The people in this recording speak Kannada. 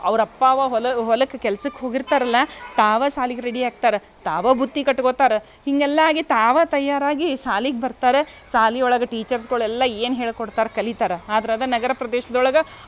ಅವ್ರ ಅಪ್ಪ ಅವ್ವ ಹೊಲ ಹೊಲಕ್ಕೆ ಕೆಲ್ಸಕ್ಕೆ ಹೋಗಿರ್ತಾರ ಅಲ್ಲ ತಾವೇ ಶಾಲಿಗೆ ರೆಡಿ ಆಗ್ತಾರ ತಾವೇ ಬುತ್ತಿ ಕಟ್ಕೊತಾರೆ ಹೀಗೆಲ್ಲ ಆಗಿ ತಾವೇ ತಯಾರಾಗಿ ಶಾಲಿಗ್ ಬರ್ತಾರ ಶಾಲಿ ಒಳಗೆ ಟೀಚರ್ಸ್ಗಳೆಲ್ಲ ಏನು ಹೇಳ್ಕೊಡ್ತಾರ ಕಲಿತಾರ ಆದ್ರೆ ಅದೇ ನಗರ ಪ್ರದೇಶ್ದೊಳಗೆ